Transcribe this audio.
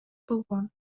болгон